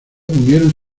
unieron